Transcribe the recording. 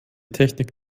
technik